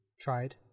tried